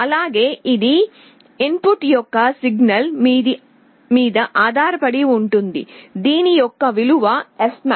అలాగే ఇది input యొక్క సిగ్నల్ మీద ఆధారపడి ఉంటుంది దీనియొక్క విలువ fmax